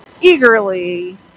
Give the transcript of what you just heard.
eagerly